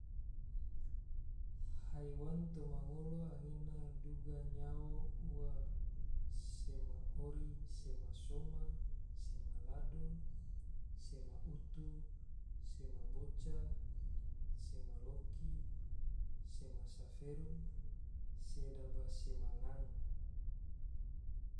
Haiwan toma ngolo anggena duga nyao ua, sema ori, sema soma, sema lado, sema utu, sema boca, sema loki, sema saferu, sedaba sema ngang